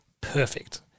perfect